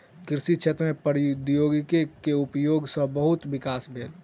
कृषि क्षेत्र में प्रौद्योगिकी के उपयोग सॅ बहुत विकास भेल